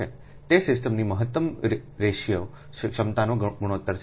તે સિસ્ટમની મહત્તમ રેશિયો ક્ષમતાનો ગુણોત્તર છે